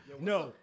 No